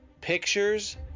pictures